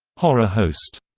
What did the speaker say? horror host